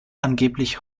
angeblich